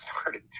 started